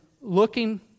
looking